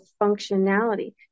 functionality